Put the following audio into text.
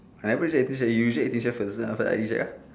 I never reject eighteen chef you reject eighteen chef first after I reject ah